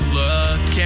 look